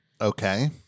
Okay